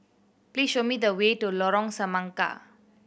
please show me the way to Lorong Semangka